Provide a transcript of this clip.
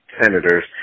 senators